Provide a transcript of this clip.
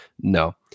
No